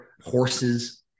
horses